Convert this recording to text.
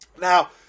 Now